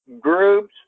groups